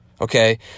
Okay